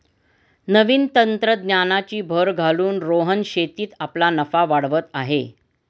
नवीन तंत्रज्ञानाची भर घालून रोहन शेतीत आपला नफा वाढवत आहे